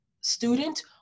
student